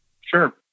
Sure